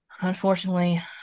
Unfortunately